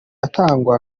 atangwa